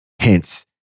Hence